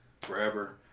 forever